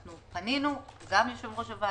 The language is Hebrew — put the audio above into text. פנינו, גם יושב-ראש הוועדה,